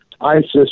ISIS